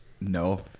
no